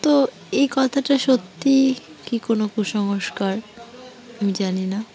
তো এই কথাটা সত্যিই কী কোনো কুসংস্কার আমি জানি না